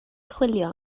chwilio